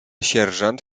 sierżant